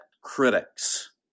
critics